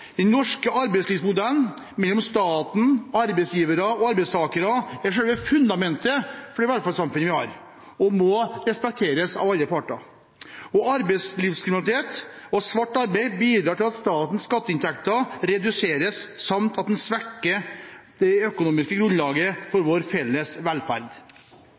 Den norske arbeidslivsmodellen – mellom staten, arbeidsgivere og arbeidstakere – er selve fundamentet for det velferdssamfunnet vi har, og må respekteres av alle parter. Arbeidslivskriminalitet og svart arbeid bidrar til at statens skatteinntekter reduseres, samt at det svekker det økonomiske grunnlaget for vår felles velferd.